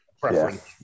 preference